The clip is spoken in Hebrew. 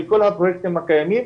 של כל הפרויקטים הקיימים,